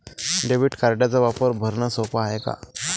Debit कार्डचा वापर भरनं सोप हाय का?